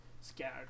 scared